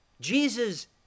Jesus